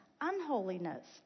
unholiness